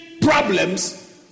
problems